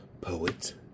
Poet